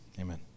Amen